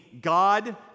God